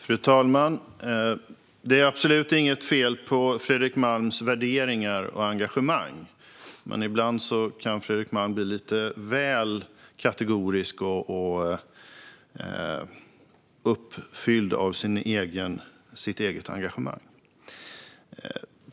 Fru talman! Det är absolut inget fel på Fredrik Malms värderingar och engagemang, men ibland kan Fredrik Malm bli lite väl kategorisk och uppfylld av sitt eget engagemang.